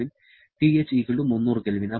TH 300 K